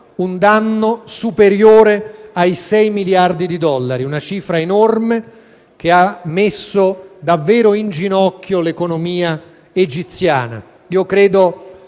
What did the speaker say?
un danno superiore ai sei miliardi di dollari, una cifra enorme che ha messo davvero in ginocchio la sua economia. Credo